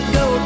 go